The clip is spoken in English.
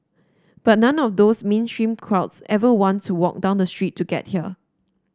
but none of those mainstream crowds ever want to walk down the street to get here